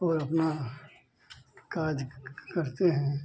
और अपना काज करते हैं